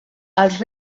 als